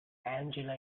angela